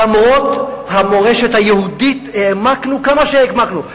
למרות המורשת היהודית, העמקנו כמה שהעמקנו.